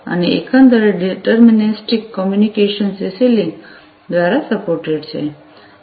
અને એકંદરે deterministic communication CC link દ્વારા સપોર્ટેડ છે